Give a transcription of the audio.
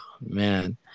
man